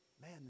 man